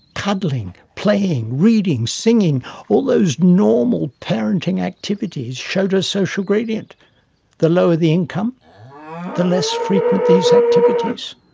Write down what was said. cuddling, playing, reading singing all those normal parenting activities showed a social gradient the lower the income the less frequent these activities.